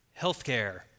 healthcare